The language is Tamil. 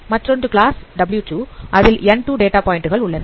மற்றொரு கிளாஸ் w2 அதில் N2 டேட் ஆப் பாயிண்டுகள் உள்ளன